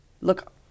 Look